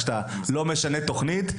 כשאתה לא משנה תוכנית,